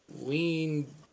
lean